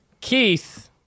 keith